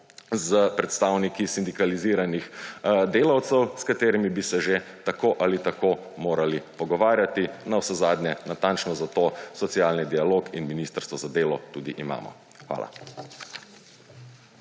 s predstavniki sindikaliziranih delavcev, s katerimi bi se že tako ali tako morali pogovarjati, navsezadnje natančno za to socialni dialog in Ministrstvo za delo tudi imamo. Hvala.